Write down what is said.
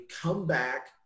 comeback